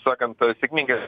sakant sėkmingas